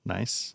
Nice